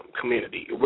community